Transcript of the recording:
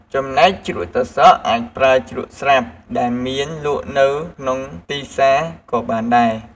ចំណែកជ្រក់ត្រសក់ អាចប្រើជ្រក់ស្រាប់ដែលមានលក់នៅក្នុងទីផ្សារក៏បានដែរ។